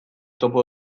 topo